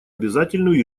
обязательную